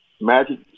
Magic